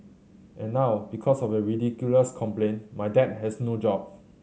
and now because of your ridiculous complaint my dad has no job